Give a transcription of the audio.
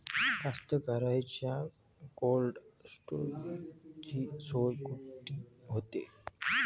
कास्तकाराइच्या कोल्ड स्टोरेजची सोय कुटी होते?